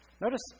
Notice